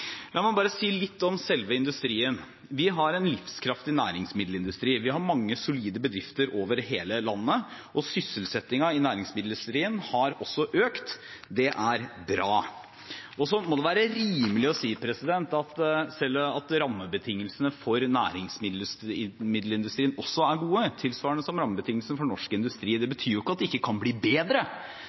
La meg bare si litt om selve industrien. Vi har en livskraftig næringsmiddelindustri. Vi har mange solide bedrifter over hele landet. Sysselsettingen i næringsmiddelindustrien har også økt, det er bra. Så må det være rimelig å si at også rammebetingelsene for næringsmiddelindustrien er gode, tilsvarende rammebetingelsene for norsk industri generelt. Det betyr ikke at de ikke kan bli bedre.